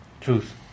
truth